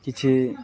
କିଛି